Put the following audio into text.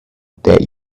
that